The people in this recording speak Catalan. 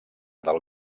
del